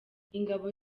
ingabo